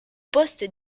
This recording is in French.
poste